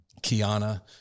Kiana